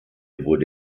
wurde